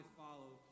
follow